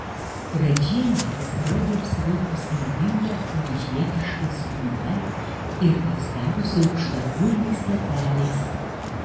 radžienė pasirodė apsivilkusi madinga paryžietiška suknele ir apsiavusi aukštakulniais bateliais